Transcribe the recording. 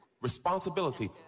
responsibility